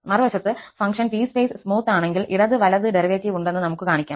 മറുവശത്ത് function piecewise smooth ആണെങ്കിൽ ഇടത് വലത് ഡെറിവേറ്റീവ് ഉണ്ടെന്ന് നമുക്ക് കാണിക്കാം